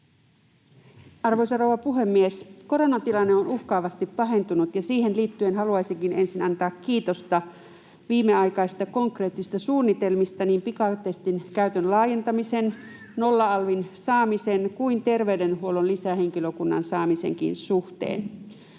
Arvoisa rouva puhemies! Koronatilanne on uhkaavasti pahentunut, ja siihen liittyen haluaisinkin ensin antaa kiitosta viimeaikaisista konkreettisista suunnitelmista niin pikatestin käytön laajentamisen, nolla-alvin saamisen kuin terveydenhuollon lisähenkilökunnan saamisenkin suhteen.